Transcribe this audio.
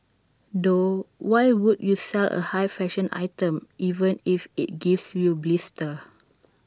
though why would you sell A high fashion item even if IT gives you blisters